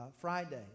Friday